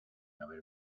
haber